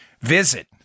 Visit